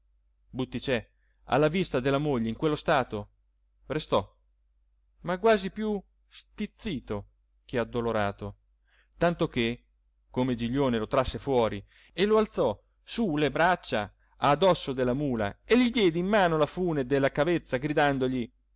medico butticè alla vista della moglie in quello stato restò ma quasi più stizzito che addolorato tanto che come giglione lo trasse fuori e lo alzò su le braccia a dosso della mula e gli diede in mano la fune della cavezza gridandogli